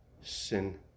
Sin